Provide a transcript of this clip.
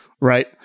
Right